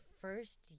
first